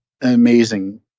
amazing